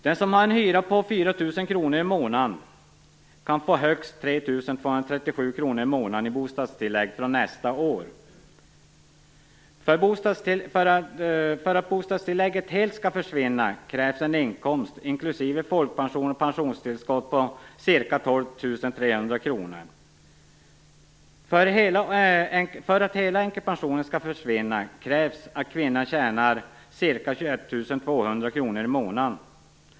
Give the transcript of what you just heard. Den som har en hyra på 4 000 kronor i månaden kan få högst 3 237 kronor i månaden i bostadstillägg från nästa år. För att bostadstillägget helt skall försvinna krävs en inkomst inklusive folkpension och pensionstillskott på ca 12 300 kronor i månaden. För att hela änkepensionen skall försvinna krävs att kvinnan tjänar ca 21 200 kronor i månaden.